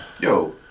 Yo